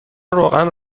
روغن